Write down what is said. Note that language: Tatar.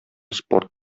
спорт